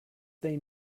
they